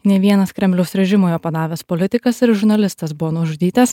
ne vienas kremliaus režimui oponavęs politikas ar žurnalistas buvo nužudytas